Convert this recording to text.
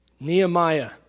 Nehemiah